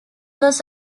was